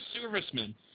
servicemen